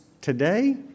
today